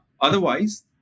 Otherwise